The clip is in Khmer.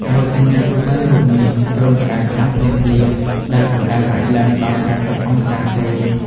រោគសញ្ញាទូទៅរួមមាន គ្រុនក្តៅខ្លាំងភ្លាមៗ ដែលកម្ដៅអាចឡើងដល់ ៤០ អង្សាសេ។